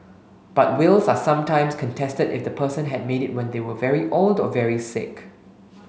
but wills are sometimes contested if the person had made it when they were very old or very sick